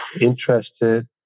interested